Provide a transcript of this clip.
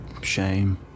shame